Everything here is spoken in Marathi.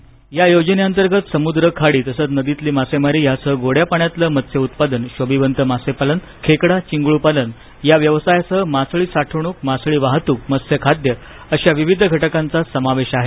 स्क्रिप्ट या योजनेअंतर्गत समुद्र खाडी तसच नदीतली मासेमारी यासह गोड्या पाण्यातल मत्स्य उत्पादन शोभिवंत मासे पालन खेकडा चिंगूळ पालन या व्यवसायासह मासळी साठवणूक मासळी वाहतूक मत्स्य खाद्य अश्या विविध घटकांचा समावेश आहे